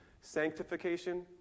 Sanctification